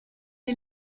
est